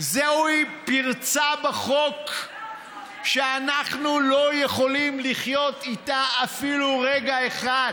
זוהי פרצה בחוק שאנחנו לא יכולים לחיות איתה אפילו רגע אחד.